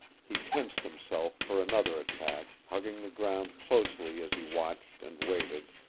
he tensed himself for another attack, hugging the ground closely as he watched and waited,